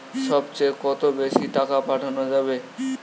সব চেয়ে কত বেশি টাকা পাঠানো যাবে?